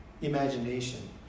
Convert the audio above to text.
imagination